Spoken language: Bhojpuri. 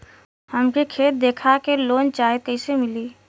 हमके खेत देखा के लोन चाहीत कईसे मिली?